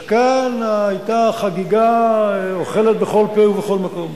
אז כאן היתה החגיגה אוכלת בכל פה ובכל מקום.